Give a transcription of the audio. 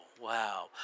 wow